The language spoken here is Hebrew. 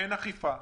אין אכיפה,